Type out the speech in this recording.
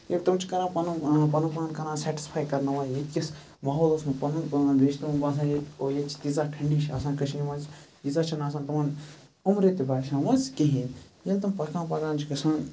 ییلہِ تِم چھِ کَران پَنُن پَنُن پان کَران سیٚٹٕسفاے کَرناوان ییٚتہِ کِس ماحولَس منٛز پَنُن پان بیٚیہِ چھِ تِمَن باسان ییٚتہِ ییٚتہِ چھِ تیٖژ اہ ٹھٔنٛڈی چھِ آسان کٔشیٖر منٛز ییٖژاہ چھَنہٕ آسان تِمَن عُمرِ تہِ باسے مٕژ کِہیٖنۍ ییٚلہِ تِم پَکان پَکان چھِ گژھان